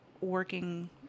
working